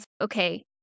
okay